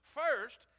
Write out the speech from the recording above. first